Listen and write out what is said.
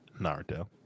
Naruto